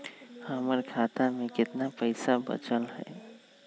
हमर खाता में केतना पैसा बचल हई?